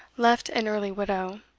left an early widow,